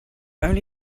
only